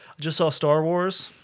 just saw star wars.